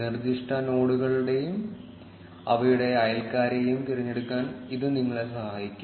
നിർദ്ദിഷ്ട നോഡുകളെയും അവയുടെ അയൽക്കാരെയും തിരഞ്ഞെടുക്കാൻ ഇത് നിങ്ങളെ സഹായിക്കും